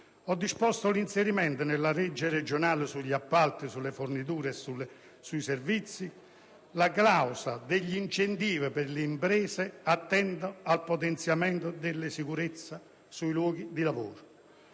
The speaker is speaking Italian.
ho disposto l'inserimento nella legge regionale sugli appalti, sulle forniture e sui servizi la clausola degli incentivi per le imprese attente al potenziamento della sicurezza sui luoghi di lavoro.